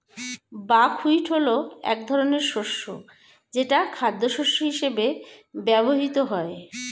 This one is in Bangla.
বাকহুইট হলো এক ধরনের শস্য যেটা খাদ্যশস্য হিসেবে ব্যবহৃত হয়